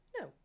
No